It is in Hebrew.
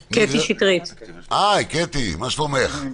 הי, קטי, מה שלומך?